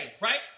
right